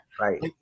right